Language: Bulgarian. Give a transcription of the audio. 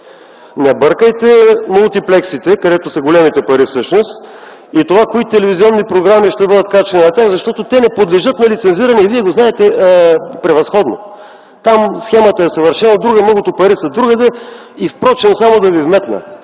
Не бъркайте мултиплексите, където са големите пари всъщност и това кои телевизионни програми ще бъдат качвани на тях, защото те не подлежат на лицензирани и вие го знаете превъзходно. Там схемата е съвършено друга, много добри са другаде. И впрочем само да ви вметна